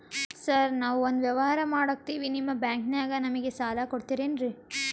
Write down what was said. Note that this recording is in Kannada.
ಸಾರ್ ನಾವು ಒಂದು ವ್ಯವಹಾರ ಮಾಡಕ್ತಿವಿ ನಿಮ್ಮ ಬ್ಯಾಂಕನಾಗ ನಮಿಗೆ ಸಾಲ ಕೊಡ್ತಿರೇನ್ರಿ?